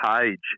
page